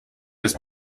ist